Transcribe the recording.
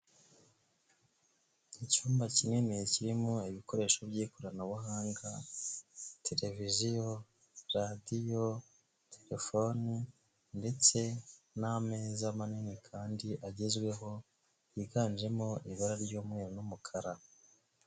Icyumba kinini kirimo ibikoresho by'ikoranabuhanga, televiziyo, radiyo, telefone ndetse n'ameza manini kandi agezweho yiganjemo ibara ry'umweru n'umukara.